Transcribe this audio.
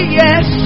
yes